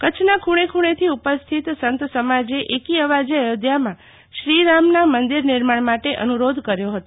કચ્છના ખૂણે ખૂણેથી ઉપસ્થિત સંતસમાજે એકીઅવાજે અયોધ્યામાં શ્રી રામના મંદિર નિર્માણ માટે અનુરોધ કર્યો હતો